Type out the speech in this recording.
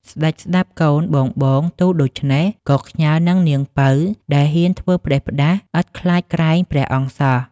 ស្ដេចស្ដាប់កូនបងៗទូលដូច្នេះ ក៏ខ្ញាល់នឹងនាងពៅដែលហ៊ានធ្វើផ្ដេសផ្ដាសឥតខ្លាចក្រែងព្រះអង្គសោះ។